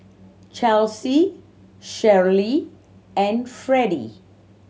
Chelsie Sherryl and Fredie